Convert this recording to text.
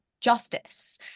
justice